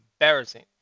embarrassing